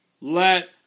Let